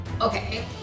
Okay